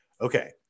Okay